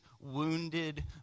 wounded